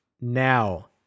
Now